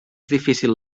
difícil